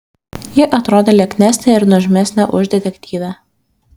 ji atrodė lieknesnė ir nuožmesnė už detektyvę